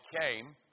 came